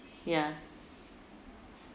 ya